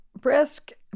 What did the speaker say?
brisk